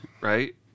right